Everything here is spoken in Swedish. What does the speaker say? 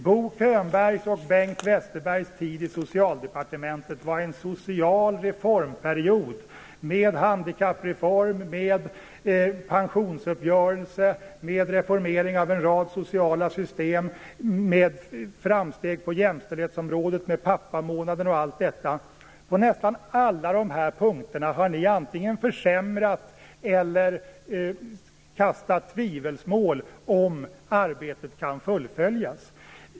Bo Könbergs och Bengt Westerbergs tid i Socialdepartementet var en social reformperiod med handikappreform, med pensionsuppgörelse, med reformering av en rad sociala system och med framsteg på jämställdhetsområdet - pappamånaden etc. På nästan alla de punkterna har ni antingen försämrat eller kastat tvivelsmål om arbetet kan fullföljas.